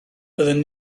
byddwn